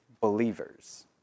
believers